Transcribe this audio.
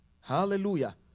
Hallelujah